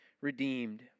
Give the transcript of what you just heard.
redeemed